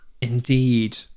Indeed